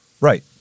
Right